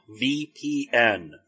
vpn